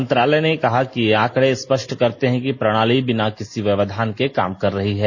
मंत्रालय ने कहा कि ये आंकड़े स्पष्ट करते हैं कि प्रणाली बिना किसी व्यवधान के काम कर रही है